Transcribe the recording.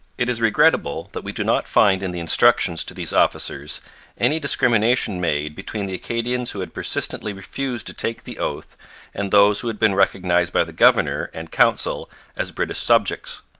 it is regrettable that we do not find in the instructions to these officers any discrimination made between the acadians who had persistently refused to take the oath and those who had been recognized by the governor and council as british subjects.